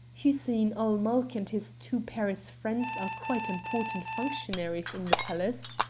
hussein-ul-mulk and his two paris friends are quite important functionaries in the palace.